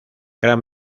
gran